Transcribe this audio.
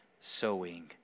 sowing